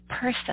person